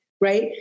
right